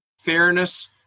fairness